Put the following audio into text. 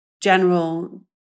general